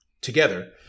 together